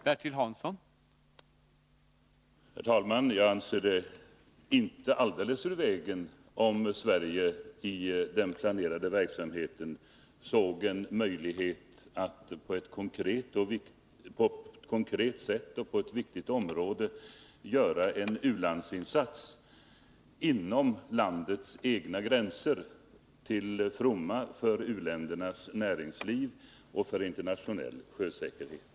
Herr talman! Jag anser det inte vara alldeles ur vägen om Sverige i den planerade verksamheten såg en möjlighet att på ett konkret sätt och på ett viktigt område göra en u-landsinsats inom landets egna gränser till fromma för u-ländernas näringsliv och för internationell sjösäkerhet.